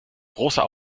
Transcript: großer